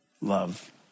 love